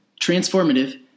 transformative